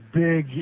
big